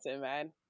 man